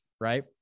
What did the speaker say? right